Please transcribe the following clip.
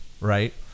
right